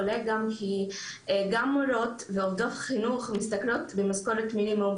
עולה גם כי גם מורות ועובדות חינוך משתכרות במשכורת מינימום,